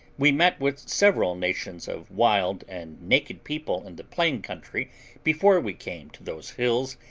we met with several nations of wild and naked people in the plain country before we came to those hills,